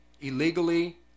illegally